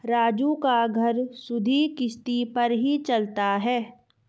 राजू का घर सुधि किश्ती पर ही चलता है